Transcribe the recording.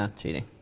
ah cheating.